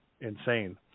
insane